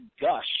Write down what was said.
gush